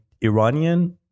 Iranian